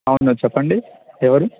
అవును చెప్పండి ఎవరు